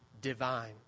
divine